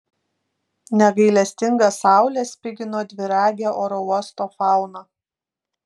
negailestinga saulė spigino dviragę oro uosto fauną